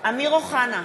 אמיר אוחנה,